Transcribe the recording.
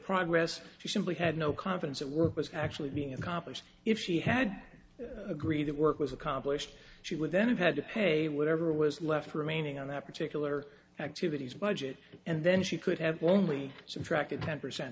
progress she simply had no confidence that work was actually being accomplished if she had agreed that work was accomplished she would then have had to pay whatever was left remaining on that particular activities budget and then she could have only so attracted ten percent